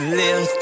live